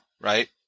right